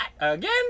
Again